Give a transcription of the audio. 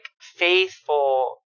faithful